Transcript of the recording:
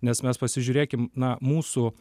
nes mes pasižiūrėkim na mūsų